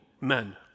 men